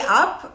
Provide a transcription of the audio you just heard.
up